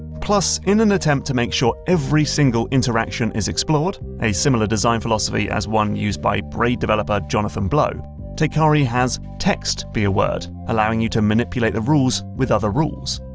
plus, in an attempt to make sure every single interaction is explored a similar design philosophy as one used by braid developer jonathan blow teikari has text be a word, allowing you to manipulate the rules with other rules.